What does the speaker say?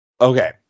Okay